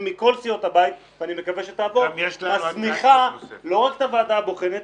מכל סיעות הבית ואני מקווה שתעבור מסמיכה לא רק את הוועדה הבוחנת,